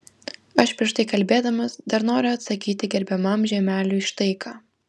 aš prieš tai kalbėdamas dar noriu atsakyti gerbiamam žiemeliui štai ką